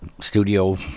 studio